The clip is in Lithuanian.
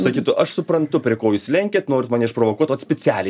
sakytų aš suprantu prie ko jūs lenkiat norit mane išprovokuot vat specialiai